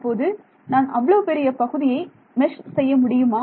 இப்போது நான் அவ்வளவு பெரிய பகுதியை மெஷ் செய்ய முடியுமா